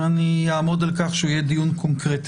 ואני אעמוד על כך שהוא יהיה דיון קונקרטי,